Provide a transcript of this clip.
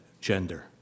gender